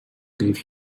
gave